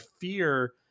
fear